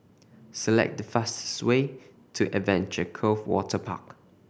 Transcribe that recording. select the fastest way to Adventure Cove Waterpark